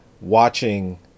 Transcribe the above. watching